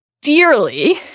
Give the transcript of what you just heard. dearly